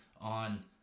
on